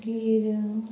मागीर